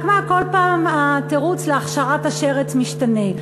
רק מה, כל פעם התירוץ להכשרת השרץ משתנה.